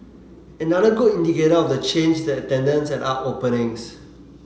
another good indicator of the change is the attendance at art openings